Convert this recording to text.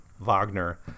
Wagner